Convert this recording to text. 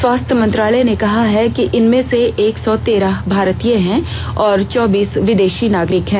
स्वास्थ्य मंत्रालय ने कहा है कि इनमें से एक सौ तेरह भारतीय हैं और चौबीस विदेशी नागरिक हैं